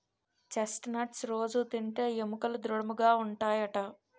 chest nuts రొజూ తింటే ఎముకలు దృడముగా ఉంటాయట